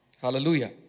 Hallelujah